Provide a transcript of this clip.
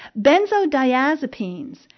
benzodiazepines